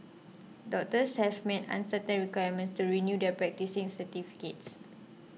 doctors have meet uncertain requirements to renew their practising certificates